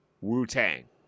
Wu-Tang